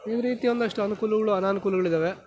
ಈ ರೀತಿ ಒಂದಷ್ಟು ಅನುಕೂಲಗಳು ಅನಾನುಕೂಲಗಳಿದ್ದಾವೆ